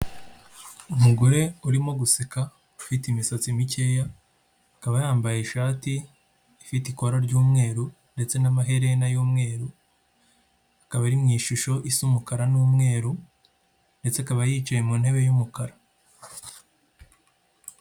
Umugore urimo guseka ufite imisatsi mikeya, akaba yambaye ishati ifite ikora ry'umweru ndetse n'amaherena y'umweru, akaba ari mu ishusho isa umukara n'umweru ndetse akaba yicaye mu ntebe y'umukara.